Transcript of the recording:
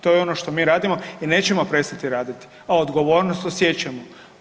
To je ono što mi radimo i nećemo prestati raditi, a odgovornost osjećamo.